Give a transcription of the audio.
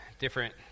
different